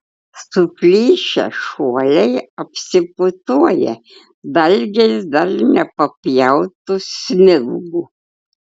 suplyšę šuoliai apsiputoja dalgiais dar nepapjautų smilgų